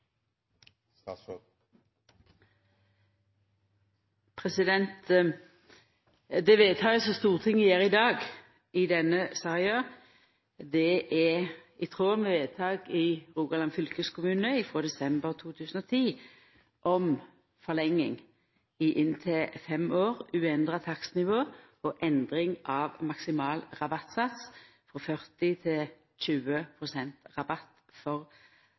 i tråd med vedtak i Rogaland fylkeskommune frå desember 2010 om forlenging i inntil fem år, uendra takstnivå og endring av maksimal rabattsats